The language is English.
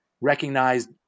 recognized